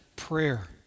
prayer